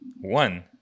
One